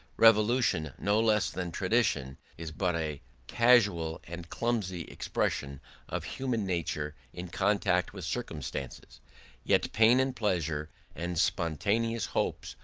revolution, no less than tradition, is but a casual and clumsy expression of human nature in contact with circumstances yet pain and pleasure and spontaneous hopes,